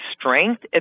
strength